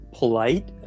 polite